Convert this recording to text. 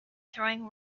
throwing